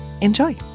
enjoy